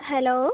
hello